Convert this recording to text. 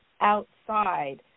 outside